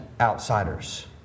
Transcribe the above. outsiders